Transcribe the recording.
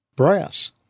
brass